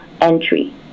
entry